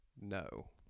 No